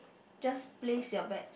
just place your bet